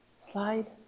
slide